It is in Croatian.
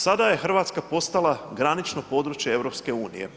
Sada je Hrvatska postala granično područje EU.